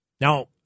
Now